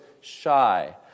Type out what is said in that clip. shy